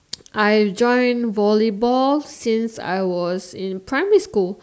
I joined volleyball since I was in primary school